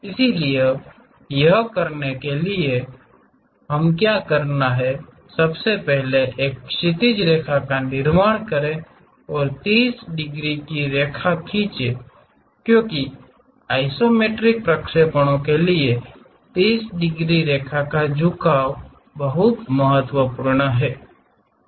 इसलिए यह करने के लिए कि हमें क्या करना है सबसे पहले एक क्षैतिज रेखा का निर्माण करें और 30 डिग्री की रेखा खींचे क्योंकि आइसोमेट्रिक प्रक्षेपणों के लिए 30 डिग्री रेखा झुकाव रेखा बहुत महत्वपूर्ण है